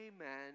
Amen